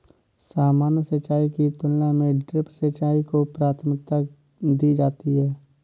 सामान्य सिंचाई की तुलना में ड्रिप सिंचाई को प्राथमिकता दी जाती है